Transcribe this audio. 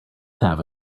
have